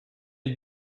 est